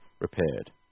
repaired